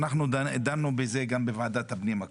דנו בנושא גם בוועדת הפנים הקודמת.